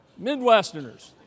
Midwesterners